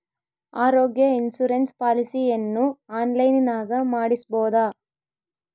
ಆರೋಗ್ಯ ಇನ್ಸುರೆನ್ಸ್ ಪಾಲಿಸಿಯನ್ನು ಆನ್ಲೈನಿನಾಗ ಮಾಡಿಸ್ಬೋದ?